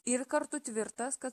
ir kartu tvirtas kad